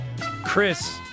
Chris